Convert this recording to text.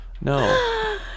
No